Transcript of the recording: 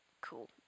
cool